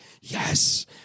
yes